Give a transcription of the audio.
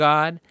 God